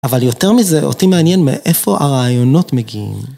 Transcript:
אבל יותר מזה אותי מעניין מאיפה הרעיונות מגיעים.